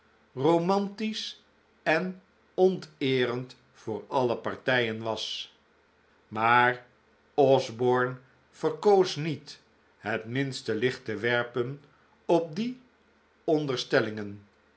romantisch en onteerend voor alle partijen was maar osborne verkoos niet het minste licht te werpen op die onderstellingen